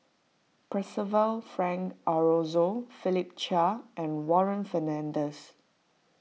Percival Frank Aroozoo Philip Chia and Warren Fernandez